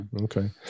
Okay